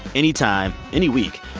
any time, any week,